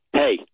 hey